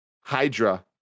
hydra